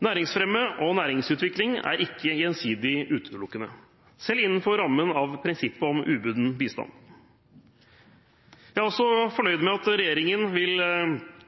Næringsfremme og næringsutvikling er ikke gjensidig utelukkende, selv innenfor rammen av prinsippet om ubunden bistand. Jeg er også fornøyd med at Regjeringen vil